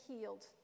healed